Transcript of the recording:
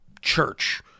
church